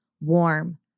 warm